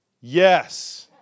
Yes